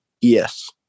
Yes